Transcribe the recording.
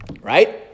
Right